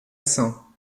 sang